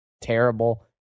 terrible